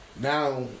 Now